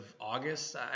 August